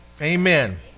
Amen